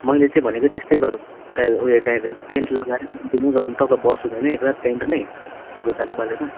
मैले चाहिँ भनेको त्यस्तै गरौँ त्यहीँ ऊ यो चाहिँ टेन्ट लगाएर चाहिँ नगरौँ टक्क बसौँ हैन एक रात टेन्टमै आगोसागो बालेर